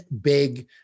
big